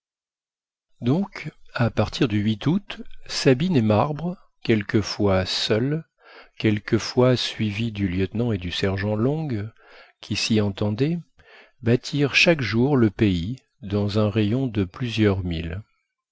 donc à partir du août sabine et marbre quelquefois seuls quelquefois suivis du lieutenant et du sergent long qui s'y entendaient battirent chaque jour le pays dans un rayon de plusieurs milles